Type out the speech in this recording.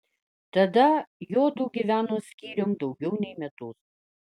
tada juodu gyveno skyrium daugiau nei metus